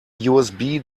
usb